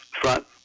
front